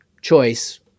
choice